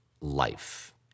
life